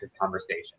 conversation